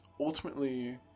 ultimately